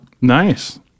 Nice